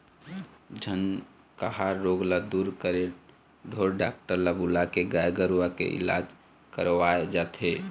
झनकहा रोग ल दूर करे ढोर डॉक्टर ल बुलाके गाय गरुवा के इलाज करवाय जाथे